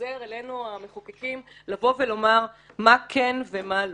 חוזר אלינו המחוקקים לבוא ולומר מה כן ומה לא.